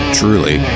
truly